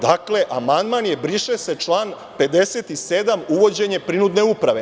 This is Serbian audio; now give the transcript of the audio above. Dakle, amandman je – briše se, član 57. uvođenje prinudne uprave.